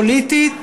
פוליטית,